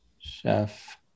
Chef